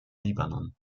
libanon